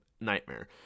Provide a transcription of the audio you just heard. nightmare